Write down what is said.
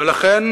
ולכן,